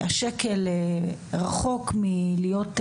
השקל רחוק מלהיות חזק,